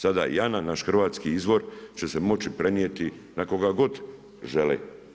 Sada Jana, naš hrvatski izvor će se moći prenijeti na koga god žele.